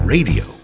Radio